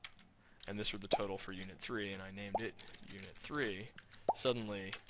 and this were the total for unit three and i named it unit three suddenly,